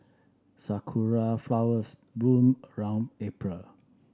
sakura flowers bloom around April